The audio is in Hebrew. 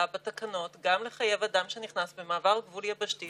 בשנת 2018, ארבע שנים לאחר מכן, 288 משתתפים.